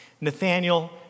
Nathaniel